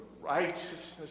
righteousness